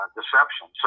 deception